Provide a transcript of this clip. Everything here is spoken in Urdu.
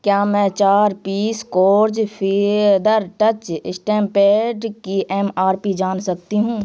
کیا میں چار پیس کورج فیدر ٹچ اسٹیمپیڈ کی ایم آر پی جان سکتی ہوں